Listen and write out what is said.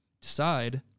decide